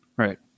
right